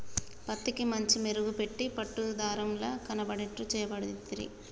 పత్తికి మంచిగ మెరుగు పెట్టి పట్టు దారం ల కనబడేట్టు చేయబడితిరి